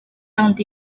降低